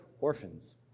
orphans